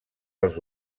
als